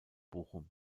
bochum